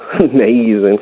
Amazing